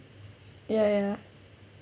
ya ya